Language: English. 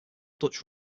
dutch